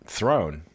Throne